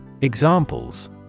Examples